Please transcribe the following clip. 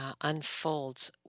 unfolds